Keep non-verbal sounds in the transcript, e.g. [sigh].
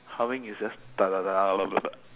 humming is just [noise]